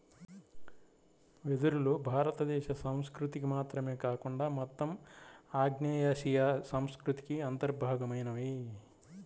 వెదురులు భారతదేశ సంస్కృతికి మాత్రమే కాకుండా మొత్తం ఆగ్నేయాసియా సంస్కృతికి అంతర్భాగమైనవి